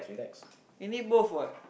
you need both what